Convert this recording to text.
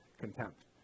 contempt